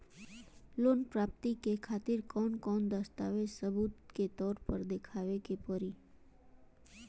Loan प्राप्ति के खातिर कौन कौन दस्तावेज सबूत के तौर पर देखावे परी?